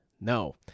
no